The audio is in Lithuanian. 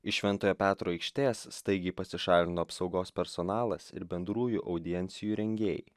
iš šventojo petro aikštės staigiai pasišalino apsaugos personalas ir bendrųjų audiencijų rengėjai